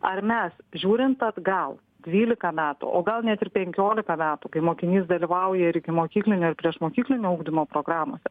ar mes žiūrint atgal dvylika metų o gal net ir penkiolika metų kai mokinys dalyvauja ir ikimokyklinio ir priešmokyklinio ugdymo programose